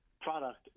product